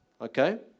okay